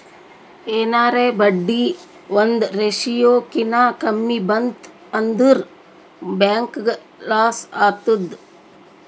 ಎನಾರೇ ಬಡ್ಡಿ ಒಂದ್ ರೇಶಿಯೋ ಕಿನಾ ಕಮ್ಮಿ ಬಂತ್ ಅಂದುರ್ ಬ್ಯಾಂಕ್ಗ ಲಾಸ್ ಆತ್ತುದ್